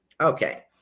Okay